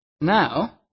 Now